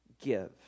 give